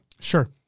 Sure